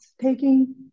taking